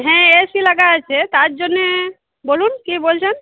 হ্যাঁ এসি লাগা আছে তার জন্যে বলুন কী বলছেন